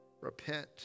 repent